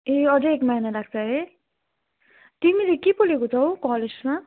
ए अझै एक महिना लाग्छ है तिमीले के पो लिएको छौ कलेजमा